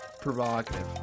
provocative